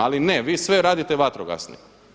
Ali ne, vi sve radite vatrogasno.